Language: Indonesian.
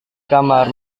kamar